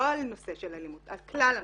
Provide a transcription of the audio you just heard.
לא נושא של אלימות, על כלל הנושאים.